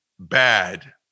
bad